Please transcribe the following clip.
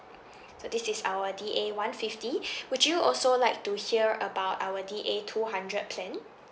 so this is our D_A one fifty would you also like to hear about our D_A two hundred plan